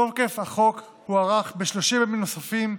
תוקף החוק הוארך ב-30 ימים נוספים,